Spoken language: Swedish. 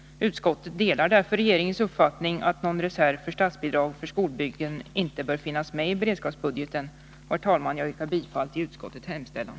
Utskottet delar därför regeringens uppfattning att någon reserv för statsbidrag för skolbyggen inte bör finnas med i beredskapsbudgeten. Herr talman! Jag yrkar bifall till utskottets hemställan.